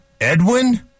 Edwin